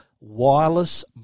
wireless